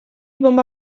bonba